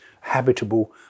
habitable